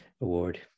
award